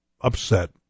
upset